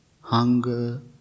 hunger